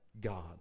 God